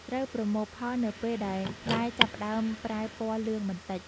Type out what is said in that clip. ត្រូវប្រមូលផលនៅពេលដែលផ្លែចាប់ផ្តើមប្រែពណ៌លឿងបន្តិច។